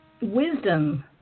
wisdom